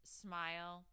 smile